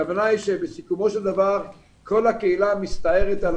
הכוונה היא שבסיכומו של דבר כל הקהילה מסתערת על